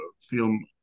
film